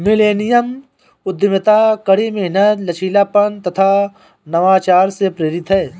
millennium उद्यमिता कड़ी मेहनत, लचीलापन तथा नवाचार से प्रेरित है